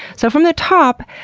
so from the top,